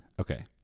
Okay